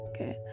okay